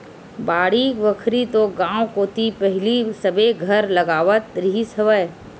बाड़ी बखरी तो गाँव कोती पहिली सबे घर लगावत रिहिस हवय